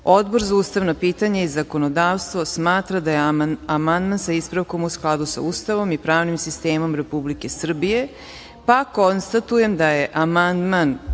Odbor za ustavna pitanja i zakonodavstvo smatra da je amandman, sa ispravkom, u skladu sa Ustavom i pravnim sistemom Republike Srbije, pa konstatujem da je amandman